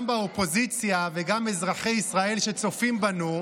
גם באופוזיציה וגם אזרחי ישראל שצופים בנו,